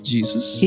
Jesus